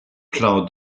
plan